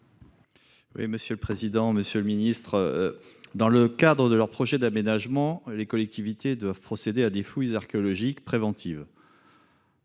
la ministre de la culture. Monsieur le ministre, dans le cadre de leurs projets d'aménagement, les collectivités doivent procéder à des fouilles archéologiques préventives.